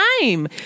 time